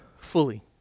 fully